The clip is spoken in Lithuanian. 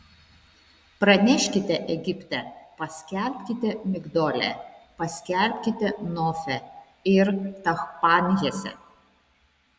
praneškite egipte paskelbkite migdole paskelbkite nofe ir tachpanhese